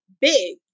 big